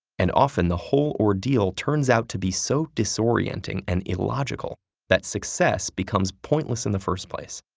and often the whole ordeal turns out to be so disorienting and illogical that success becomes pointless in the first place.